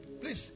Please